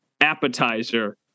appetizer